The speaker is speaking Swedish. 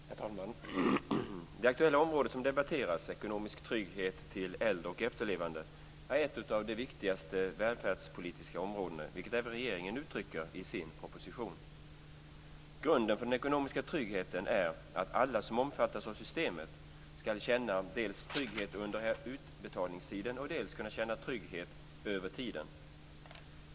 Herr talman! Det aktuella området som debatteras, ekonomisk trygghet till äldre och efterlevande, är ett av de viktigaste välfärdspolitiska områdena, vilket även regeringen uttrycker i sin proposition. Grunden för den ekonomiska tryggheten är att alla som omfattas av systemet skall känna dels trygghet under utbetalningstiden, dels trygghet över tiden.